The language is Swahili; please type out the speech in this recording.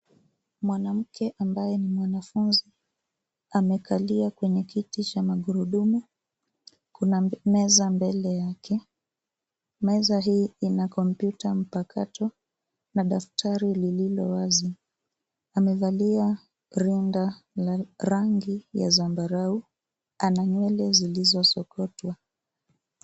Mwanamke ambaye ni mwanafunzi amekalia kwenye kiti cha magurudumu. Kuna meza mbele yake. Meza hii ina kompyuta mpakato na daftari lililo wazi. Amevalia rinda la rangi ya zambarau. Ana nywele zilizosokotwa.